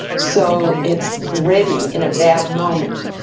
so it's ready in a bad moment.